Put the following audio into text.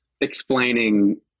explaining